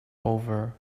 over